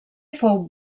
fou